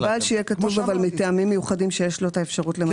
מקובל שיהיה כתוב אבל מטעמים מיוחדים שיש לו את האפשרות למנות?